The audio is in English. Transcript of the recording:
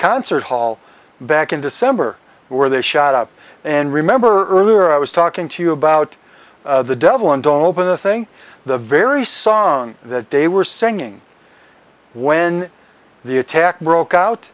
concert hall back in december where they shot up and remember earlier i was talking to you about the devil and don't open the thing the very song that they were singing when the attack broke out